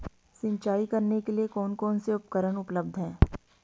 सिंचाई करने के लिए कौन कौन से उपकरण उपलब्ध हैं?